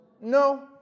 No